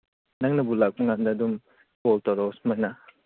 ꯅꯪꯅꯕꯨ ꯂꯥꯛꯄ ꯀꯥꯟꯗ ꯑꯗꯨꯝ ꯀꯣꯜ ꯇꯧꯔꯛꯑꯣ ꯁꯨꯃꯥꯏꯅ